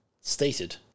stated